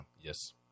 Yes